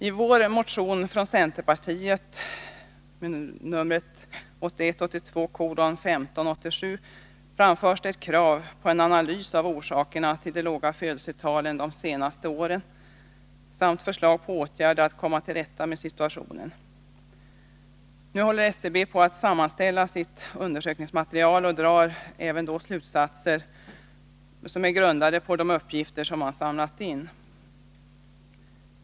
Icentermotion 1981/82:1587 framförs krav på en analys av orsakerna till de låga födelsetalen de senaste åren samt förslag på åtgärder för att vi skall komma till rätta med situationen. Nu håller SCB på att sammanställa sitt undersökningsmaterial och drar då även slutsatser grundade på de uppgifter som man samlat in.